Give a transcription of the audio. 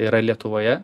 yra lietuvoje